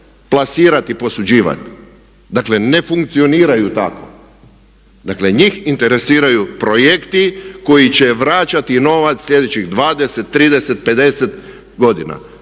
plasirati i posuđivati. Dakle ne funkcioniraju tako. Dakle njih interesiraju projekti koji će vraćati novac sljedećih 20, 30, 50 godina.